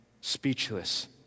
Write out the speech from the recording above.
speechless